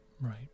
Right